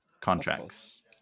contracts